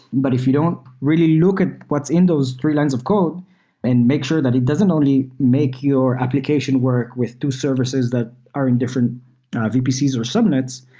but if you don't really look at what's in those three lines of code and make sure that it doesn't only make your application work with two services that are indifferent vpcs or subnets,